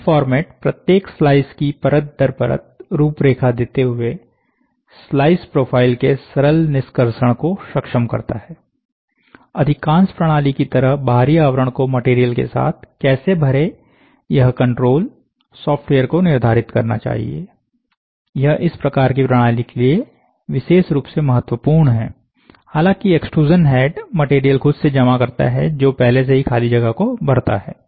file format प्रत्येक slice की परत दर परत रूपरेखा देते हुए स्लाइस प्रोफाइल के सरल निष्कर्षण को सक्षम करता है अधिकांश प्रणाली की तरह बाहरी आवरण को मटेरियल के साथ कैसे भरे यह कंट्रोल सॉफ्टवेयर को निर्धारित करना चाहिए यह इस प्रकार की प्रणाली के लिए विशेष रूप से महत्वपूर्ण है हालांकि एक्सट्रूजन हैड मटेरियल खुद से जमा करता है जो पहले से खाली जगह को भरता है